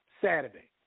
Saturday